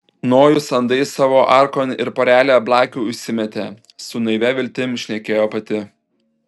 nojus andai savo arkon ir porelę blakių įsimetė su naivia viltim šnekėjo pati